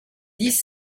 dix